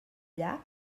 llac